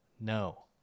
No